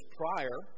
prior